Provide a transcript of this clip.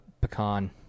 pecan